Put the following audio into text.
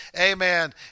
amen